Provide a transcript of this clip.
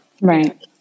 Right